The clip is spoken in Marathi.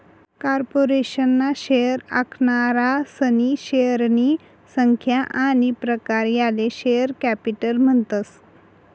कार्पोरेशन ना शेअर आखनारासनी शेअरनी संख्या आनी प्रकार याले शेअर कॅपिटल म्हणतस